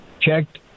checked